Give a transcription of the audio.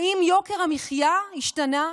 האם יוקר המחיה השתנה?